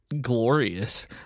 glorious